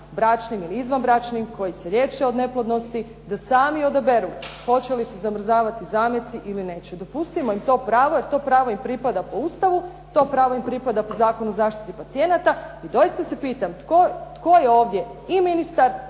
bračnim ili izvanbračnim, koji se liječe od neplodnosti, da sami odaberu hoće li se zamrzavati zameci ili neće. Dopustimo im to pravo jer to pravo im pripada po Ustavu, to pravo im pripada po Zakonu o zaštiti pacijenata i doista se pitam tko je ovdje i ministar